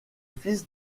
fils